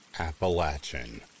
Appalachian